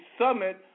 Summit